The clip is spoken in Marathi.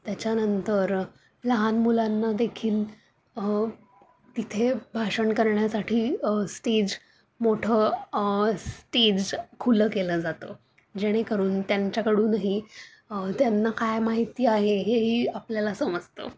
त्याच्यानंतर लहान मुलांना देखील तिथे भाषण करण्यासाठी स्टेज मोठं स्टेज खुलं केलं जातं जेणेकरून त्यांच्याकडूनही त्यांना काय माहिती आहे हेही आपल्याला समजतं